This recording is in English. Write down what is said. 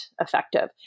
effective